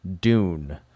Dune